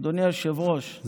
אדוני היושב-ראש,